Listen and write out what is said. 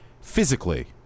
physically